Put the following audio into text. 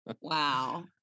Wow